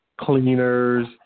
cleaners